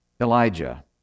Elijah